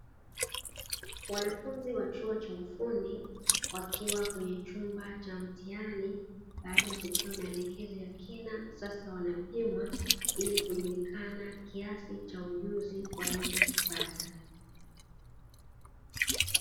Wanafunzi wa chuo cha ufundi wakiwa kwenye chumba cha mitihani, baada ya kupewa maelekezo ya kina sasa wanapimwa ili kujulikana kiasi cha ujuzi walichokipata.